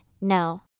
no